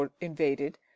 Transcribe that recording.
invaded